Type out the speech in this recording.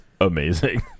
amazing